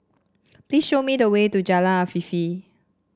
please show me the way to Jalan Afifi